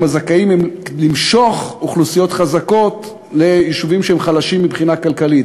הזכאים היא למשוך אוכלוסיות חזקות ליישובים שהם חלשים מבחינה כלכלית.